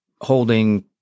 holding